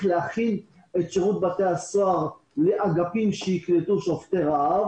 להכין את שירות בתי הסוהר לאגפים שיקלטו שובתי רעב.